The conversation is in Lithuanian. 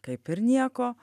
kaip ir nieko